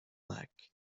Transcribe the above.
back